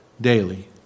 daily